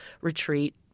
retreat